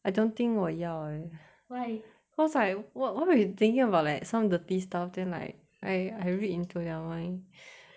I don't think 我要 eh why cause like wh~ what if they thinking about like some dirty stuff then like I I read into their mind